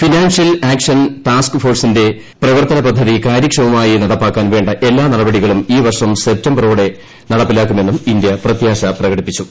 financial action ടാസ്ക്ഫോഴ്സിന്റ പ്രവർത്തന പദ്ധതി കാര്യക്ഷമമായി നടപ്പാക്കാൻ വേണ്ട എല്ലാ നടപടികളും ഈ പ്പർഷം സെപ്തംബറോടെ നടപ്പിലാക്കുമെന്നും ഇന്ത്യ പ്രത്യാശ്യപ്പക്ടിപ്പിച്ചു